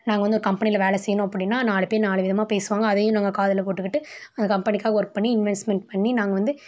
நாங்கள் வந்து ஒரு கம்பெனியில் வேலை செய்யணும் அப்படினா நாலு பேர் நாலு விதமாக பேசுவாங்க அதையும் நாங்கள் காதில் போட்டுக்கிட்டு அந்த கம்பெனிக்காக ஒர்க் பண்ணி இன்வஸ்மென்ட் பண்ணி நாங்கள் வந்து